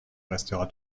restera